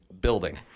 building